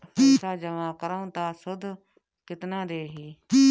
पैसा जमा करम त शुध कितना देही?